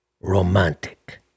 romantic